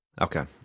Okay